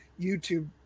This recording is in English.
youtube